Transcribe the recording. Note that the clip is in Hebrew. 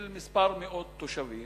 של כמה מאות תושבים,